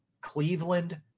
Cleveland